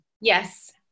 Yes